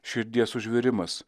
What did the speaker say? širdies užvirimas